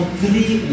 three